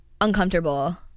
uncomfortable